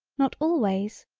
not always,